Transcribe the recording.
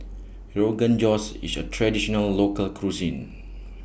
Rogan Josh IS A Traditional Local Cuisine